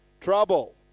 trouble